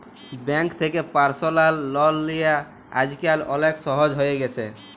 bank থ্যাকে personal loan লিয়া আইজকাল অলেক সহজ হ্যঁয়ে গেছে